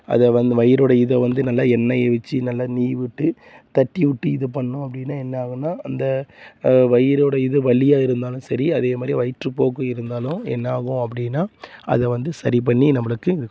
அதை வந்து வயிறோட இதை வந்து நல்லா எண்ணெயை வச்சு நல்லா நீவி விட்டு தட்டிவிட்டு இது பண்ணோம் அப்படின்னா என்னாகும்னா அந்த வயிறோடய இது வலியாக இருந்தாலும் சரி அதே மாதிரி வயிற்றுப்போக்கு இருந்தாலும் என்னாகும் அப்படின்னா அதை வந்து சரி பண்ணி நம்மளுக்கு இது கொடுக்கும்